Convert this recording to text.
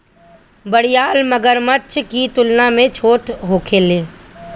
घड़ियाल मगरमच्छ की तुलना में छोट होखेले